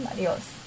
Adios